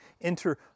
enter